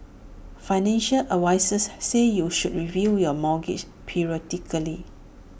financial advisers say you should review your mortgage periodically